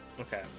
Okay